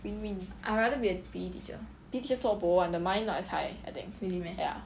win win P_E teacher zuo bo [one] the money not as high I think ya